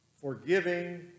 forgiving